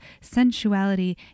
sensuality